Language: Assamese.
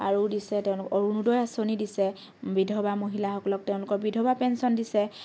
আৰু দিছে তেওঁলোকে অৰুণোদয় আচনি দিছে বিধৱা মহিলাসকলক তেওঁলোকৰ বিধৱা পেঞ্চন দিছে